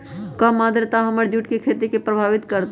कम आद्रता हमर जुट के खेती के प्रभावित कारतै?